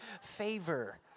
favor